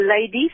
ladies